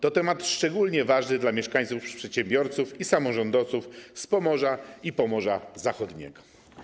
To jest temat szczególnie ważny dla mieszkańców, przedsiębiorców i samorządowców z Pomorza i Pomorza Zachodniego.